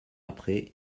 après